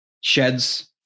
sheds